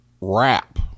wrap